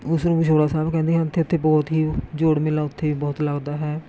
ਉਸ ਨੂੰ ਵਿਛੋੜਾ ਸਾਹਿਬ ਕਹਿੰਦੇ ਹਨ ਅਤੇ ਉੱਥੇ ਬਹੁਤ ਹੀ ਜੋੜ ਮੇਲਾ ਉੱਥੇ ਬਹੁਤ ਲੱਗਦਾ ਹੈ